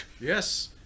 Yes